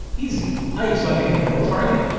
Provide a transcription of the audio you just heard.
easy, i use my behavioral targeting,